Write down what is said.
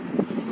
· কি